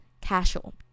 casual